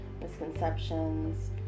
misconceptions